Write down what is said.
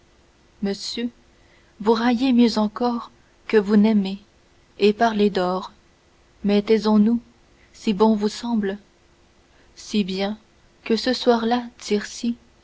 monsieur vous raillez mieux encor que vous n'aimez et parlez d'or mais taisons-nous si bon vous semble si bien que ce soir-là tircis et